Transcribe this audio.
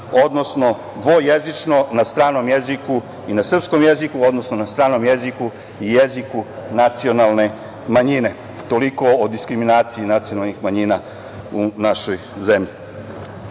odnosno dvojezično na stranom jeziku i na srpskom jeziku, odnosno na stranom jeziku i jeziku nacionalne manjine. Toliko o diskriminaciji nacionalnih manjina u našoj zemlji. Danas